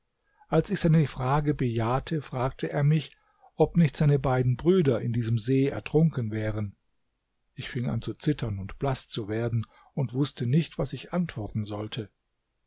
als ich seine frage bejahte fragte er mich ob nicht seine beiden brüder in diesem see ertrunken wären ich fing an zu zittern und blaß zu werden und wußte nicht was ich antworten sollte